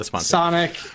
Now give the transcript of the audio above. Sonic